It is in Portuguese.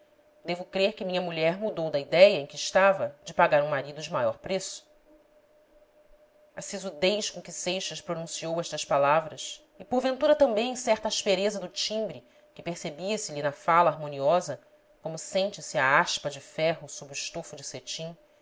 devo crer que minha mulher mudou da idéia em que estava de pagar um marido de maior preço a sisudez com que seixas pronunciou estas palavras e porventura também certa aspereza do timbre que percebia se lhe na fala harmoniosa como sente-se a aspa de ferro sob o estofo de cetim